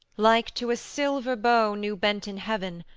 like to a silver bow new-bent in heaven,